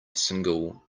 single